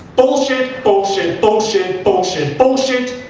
bullshit, bullshit, bullshit, bullshit, bullshit.